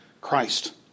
Christ